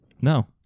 No